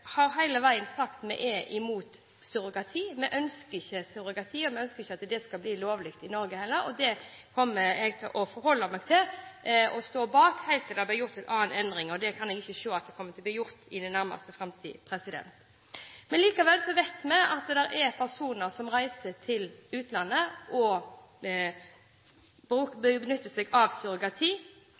har sagt at vi er imot surrogati. Vi ønsker ikke surrogati, og vi ønsker ikke at det skal bli lovlig i Norge, heller. Det kommer jeg til å forholde meg til og stå bak helt til det blir gjort en endring, og det kan jeg ikke se kommer til å bli gjort i nærmeste framtid. Likevel vet vi at det er personer som reiser til utlandet og benytter seg av surrogati.